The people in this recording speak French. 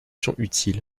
informations